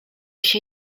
się